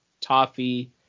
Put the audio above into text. toffee